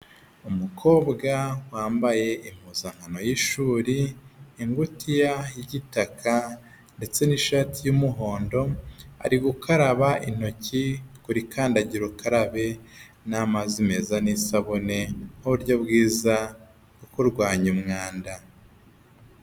Umukobwa wambaye impuzankano y'ishuri, ingutiya y'igitaka ndetse n'ishati y'umuhondo, ari gukaraba intoki kuri kandagira ukarabe n'amazi meza n'isabune nk'uburyo bwiza bwo kurwanya umwanda.